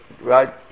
Right